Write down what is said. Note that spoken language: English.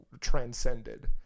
transcended